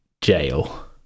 jail